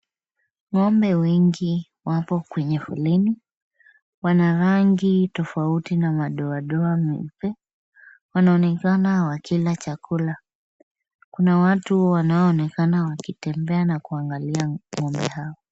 Ng'ombe wengi wako kwenye foleni. Wana rangi tofauti na madoadoa meupe. Wanaonekana wakila chakula. Kuna watu wanaoonekana wakitembea na kuangalia ng'ombe hao.